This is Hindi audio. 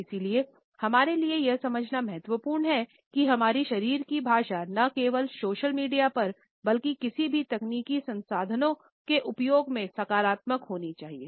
इसलिए हमारे लिए यह समझना महत्वपूर्ण है कि हमारी शारीरिक भाषा न केवल सोशल मीडिया पर बल्कि किसी भी तकनीकी संसाधनों के उपयोग में सकारात्मक होनी चाहिए